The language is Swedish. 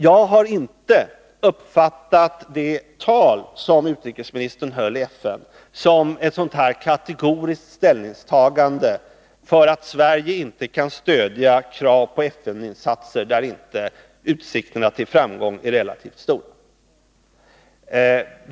Jag har inte uppfattat det tal som utrikesministern höll i FN som ett kategoriskt ställningstagande för att Sverige inte kan stödja krav då det gäller FN-insatser när utsikterna till framgång inte är relativt stora.